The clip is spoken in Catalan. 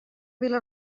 vila